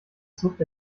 zuckt